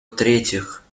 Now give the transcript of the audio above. третьих